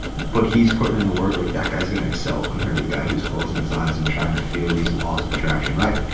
but he's putting in the work like that guy is going to excel compared to the guy who's closing his eyes and trying to feel these laws of attraction, right?